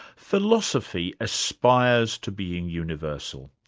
philosophy aspires to being universal.